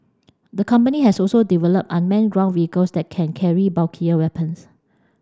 the company has also developed unmanned ground vehicles that can carry bulkier weapons